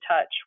touch